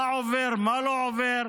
מה עובר ומה לא עובר.